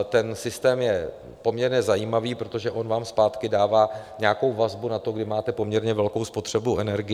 Ten systém je poměrně zajímavý, protože on vám zpátky dává nějakou vazbou na to, kdy máte poměrně velkou spotřebu energie.